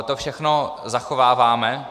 To všechno zachováváme.